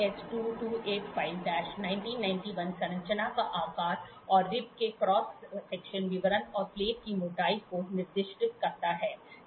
IS 2285 1991 संरचना का आकार और रिब के क्रॉस सेक्शनल विवरण और प्लेट की मोटाई को निर्दिष्ट करता है